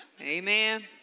Amen